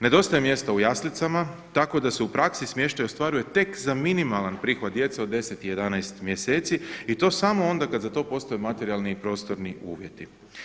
Nedostaje mjesta u jaslicama, tako da se u praksi smještaj ostvaruje tek za minimalan prihod djece od 10 i 11 mjeseci i to samo onda kada za to postoje materijalni i prostorni uvjeti.